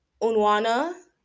Unwana